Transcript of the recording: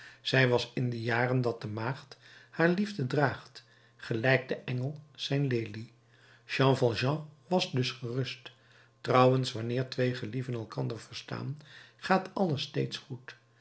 zij was in die jaren dat de maagd haar liefde draagt gelijk de engel zijn lelie jean valjean was dus gerust trouwens wanneer twee gelieven elkander verstaan gaat alles steeds goed